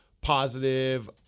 positive